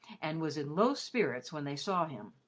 and was in low spirits when they saw him.